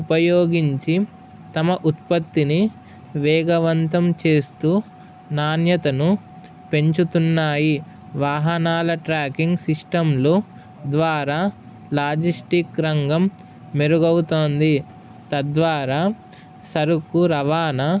ఉపయోగించి తమ ఉత్పత్తిని వేగవంతం చేస్తూ నాణ్యతను పెంచుతున్నాయి వాహనాల ట్రాకింగ్ సిస్టంలో ద్వారా లాజిస్టిక్ రంగం మెరుగు అవుతోంది తద్వారా సరుకు రవాణా